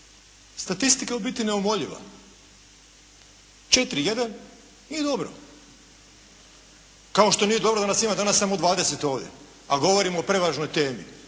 Statistika je u biti neumoljiva. 4,1 nije dobro, kao što nas ima samo 20 ovdje, a govorimo o prevažnoj temi,